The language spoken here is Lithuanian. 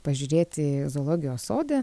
pažiūrėti zoologijos sode